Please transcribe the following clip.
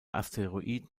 asteroid